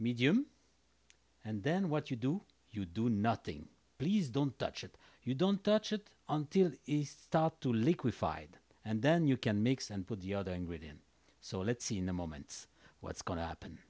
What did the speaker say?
medium and then what you do you do nothing please don't touch it you don't touch it until he start to liquefied and then you can mix and put the other ingredients so let's see in the moments what's going to happen